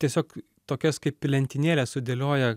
tiesiog tokias kaip į lentynėles sudėlioja